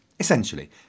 Essentially